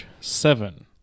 Seven